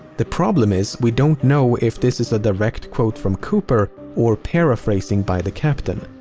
the problem is, we don't know if this is a direct quote from cooper or paraphrasing by the captain.